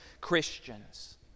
Christians